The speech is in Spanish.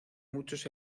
muchos